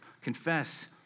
Confess